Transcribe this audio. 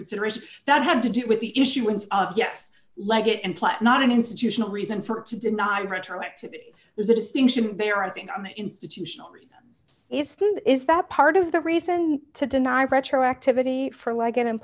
reconsideration that had to do with the issuance of yes leggett and platt not an institutional reason for it to deny retroactive there's a distinction there i think on the institutional it's is is that part of the reason to deny retroactivity for like an